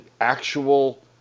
actual